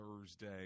thursday